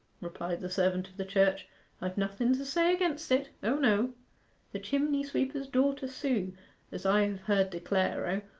replied the servant of the church i've nothen to say against it o no the chimney-sweeper's daughter sue as i have heard declare, o,